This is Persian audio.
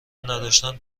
نداشتن